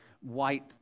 white